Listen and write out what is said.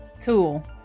Cool